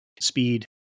speed